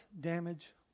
damage